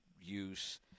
use